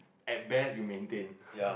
at best you maintain